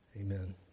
Amen